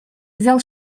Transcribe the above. взял